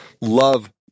love